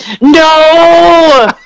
No